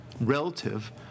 relative